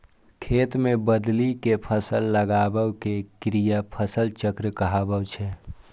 खेत मे बदलि कें फसल लगाबै के क्रिया फसल चक्र कहाबै छै